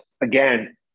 again